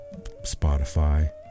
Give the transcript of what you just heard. Spotify